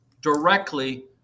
directly